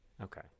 Okay